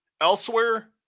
Elsewhere